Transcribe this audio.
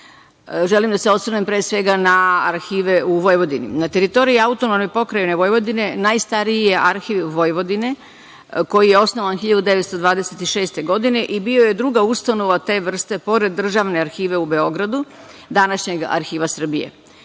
da se osvrnem, pre svega, na arhive u Vojvodini. Na teritoriji AP Vojvodine najstariji je Arhiv Vojvodine, koji je osnovan 1926. godine i bio je druga ustanova te vrste, pored državne arhive u Beogradu, današnjeg Arhiva Srbije.